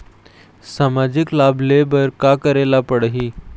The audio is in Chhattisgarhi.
सामाजिक लाभ ले बर का करे ला पड़ही?